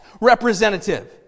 representative